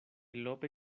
lope